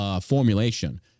formulation